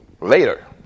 later